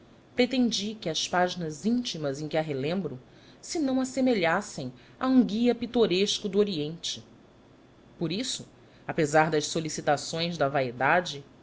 pretendi que as páginas íntimas em que a relembro se não assemelhassem a um guia pitoresco do oriente por isso apesar das solicitações da vaidade